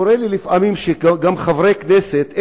קורה לפעמים שגם חברי כנסת,